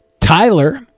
Tyler